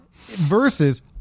versus